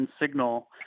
signal